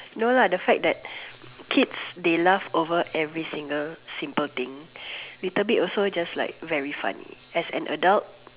no lah the fact that kids they love over every single simple thing little bit also just like very funny as an adult